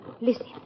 Listen